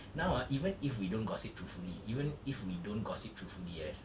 now ah even if we don't gossip truthfully even if we don't gossip truthfully eh